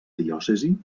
diòcesi